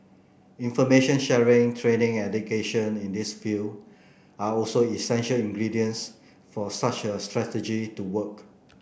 information sharing training education in this field are also essential ingredients for such a strategy to work